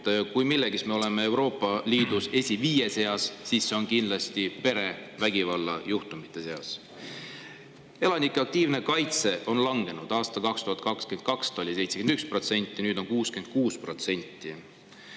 Kui milleski me oleme Euroopa Liidus esimese viie seas, siis see on kindlasti perevägivallajuhtumite [arv]. Elanike aktiivne kaitse[tahe] on langenud, aastal 2022 oli see 71%, nüüd on 66%.